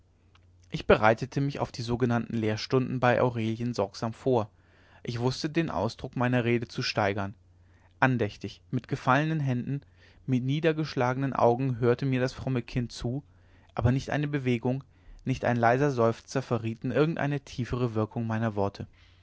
ich bereitete mich auf die sogenannten lehrstunden bei aurelien sorgsam vor ich wußte den ausdruck meiner rede zu steigern andächtig mit gefallenen händen mit niedergeschlagenen augen hörte mir das fromme kind zu aber nicht eine bewegung nicht ein leiser seufzer verrieten irgendeine tiefere wirkung meiner worte